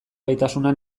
gaitasuna